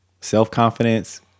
self-confidence